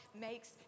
makes